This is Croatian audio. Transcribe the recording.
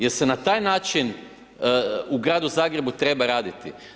Je li se na taj način u gradu Zagrebu treba raditi?